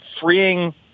freeing